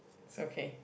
so okay